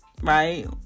right